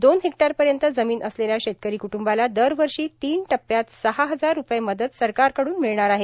दोन हेक्टरपर्यंत जमीन असलेल्या शेतकरी कुटुंबाला दरवर्षी तीन टप्प्यात सहा हजार रूपये मदत सरकारकडून मिळणार आहे